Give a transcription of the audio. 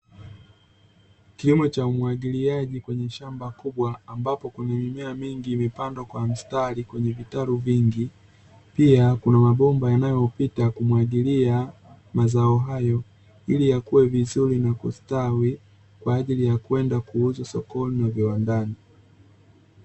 Kilimo cha umwagiliaji kwenye shamba kubwa ambapo kuna mimea mingi imepandwa kwa mstari kwenye vitalu vingi, pia kuna mabomba yanayopita kumwagilia mazao hayo, ili yakue vizuri na kustawi kwaajili ya kwenda kuuza sokoni na viwandani.